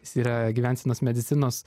jis yra gyvensenos medicinos